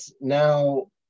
now